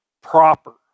proper